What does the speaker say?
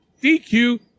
DQ